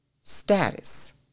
status